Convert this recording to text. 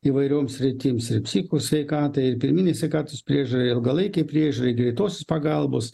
įvairioms sritims ir psichikos sveikatai ir pirminei sveikatos priežiūrai ilgalaikei priežiūrai greitosios pagalbos